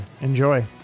Enjoy